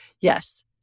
Yes